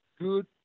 good